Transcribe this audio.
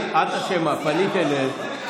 את אשמה, פנית אליהם.